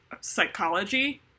psychology